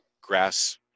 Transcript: grass